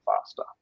faster